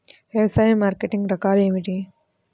వ్యవసాయ మార్కెటింగ్ రకాలు ఏమిటి?